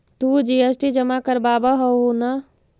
तु जी.एस.टी जमा करवाब हहु न?